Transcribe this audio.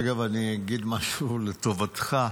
אגב, אני אגיד משהו לטובתך.